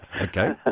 Okay